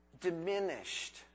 diminished